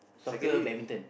soccer badminton